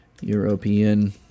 European